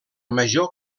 major